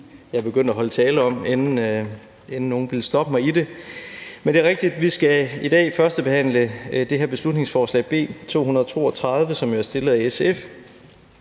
jeg begyndte at holde tale om, inden nogen stoppede mig i det. Vi skal i dag førstebehandle beslutningsforslag B 232, som er fremsat af SF.